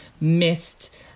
missed